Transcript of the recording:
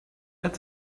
add